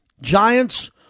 Giants